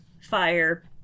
fire